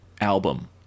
album